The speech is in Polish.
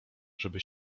żeby